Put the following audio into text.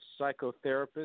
psychotherapist